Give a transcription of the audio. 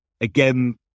again